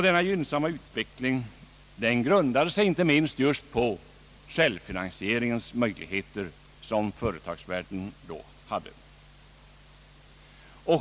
Denna gynnsamma utveckling grundade sig inte minst på de möjligheter till självfinansiering som företagen då hade.